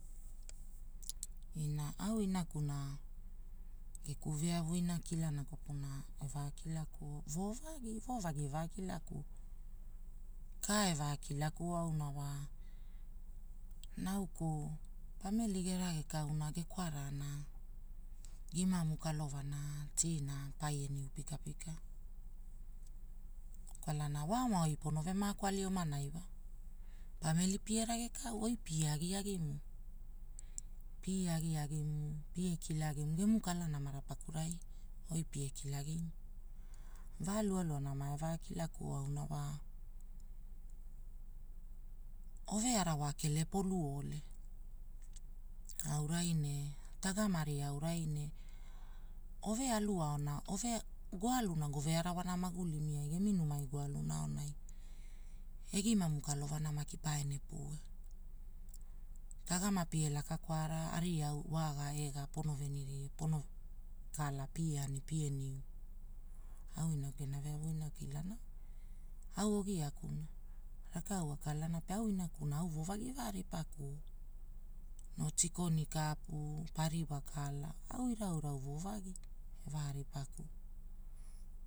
Ina, au inakuna geku veavu ina kilana kopuna evakilakuo vovagi, vovagi kilana eva kilaa kua. Ka evea kila auna wa, nauku pamili geragekauna gekwarana, gimamu kalovana tii na paie niu pikapika. Kwalana waoma oi ponove maako ali wa, pamili pie ragekau oi pie aginiu. Pie agragimu, pie. agiagimu oi, pie kilagimu kala namara pakurai goi pie kilagimu. Vaa lualuana mae vaa kilakuo aona wa ore arawa kelepoluo ole, aurai ne tegama ria aurai ne ovealu aona, goaluna gove garawana magulimi ai gemi numai goaluna ne gimanu kalovana maki paene pue, tegama pie laka kwara. aria au kwaga ea pono venira pono, kala pia ani pie niu, au inaku gena veavu ina kilara wa. Au ani pie niu, au woovagi evea ripakuo, noo tikoni, pariva kala au irau irau voo vagi eva ripakuo.